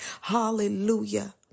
Hallelujah